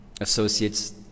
associates